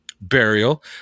burial